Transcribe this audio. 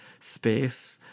space